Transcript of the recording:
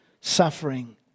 suffering